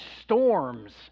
storms